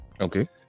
okay